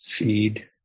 Feed